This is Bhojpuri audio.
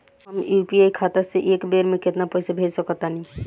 हम यू.पी.आई खाता से एक बेर म केतना पइसा भेज सकऽ तानि?